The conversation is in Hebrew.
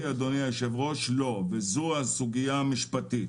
להבנתי, אדוני היושב-ראש, לא, וזו הסוגיה המשפטית.